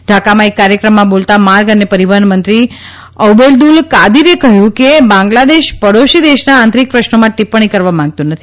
ઢાકામાં એક કાર્યક્રમશ્મોલતા માર્ગ્ખને પરવિહન મંત્રીઓબૈદુલ કાદીરે કહ્યુકે બાંગ્લાદેશપડોશી દેશના આંતરીક પ્રશ્નોક્ષીપ્પણીકરવા માંગતુ નથી